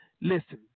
Listen